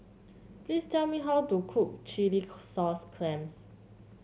please tell me how to cook Chilli Sauce Clams